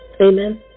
Amen